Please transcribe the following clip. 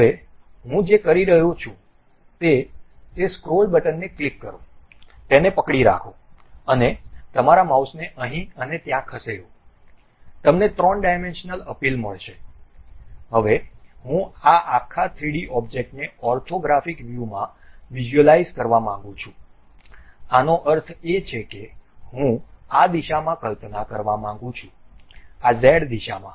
તેથી હું જે કરી રહ્યો છું તે તે સ્ક્રોલ બટનને ક્લિક કરો તેને પકડી રાખો અને તમારા માઉસને અહીં અને ત્યાં ખસેડો તમને 3 ડાયમેન્શનલ અપીલ મળશે હવે હું આ આખા 3D ઑબ્જેક્ટને ઑર્થોગ્રાફિક વ્યૂમાં વિઝ્યુઅલાઈઝ કરવા માંગુ છું આનો અર્થ એ કે હું આ દિશામાં કલ્પના કરવા માંગું છું આ ઝેડ દિશામાં